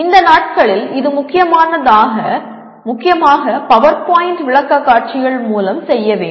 இந்த நாட்களில் இது முக்கியமாக பவர்பாயிண்ட் விளக்கக்காட்சிகள் மூலம் செய்ய வேண்டும்